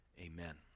Amen